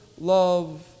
love